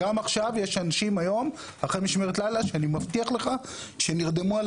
גם היום - אני מבטיח לך - יש אנשים אחרי משמרת לילה שנרדמים על